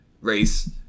race